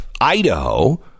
Idaho